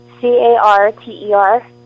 C-A-R-T-E-R